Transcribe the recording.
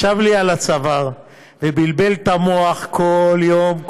ישב לי על הצוואר ובלבל את המוח כל יום,